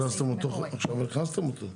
והכנסתם אותו, עכשיו הכנסתם אותו.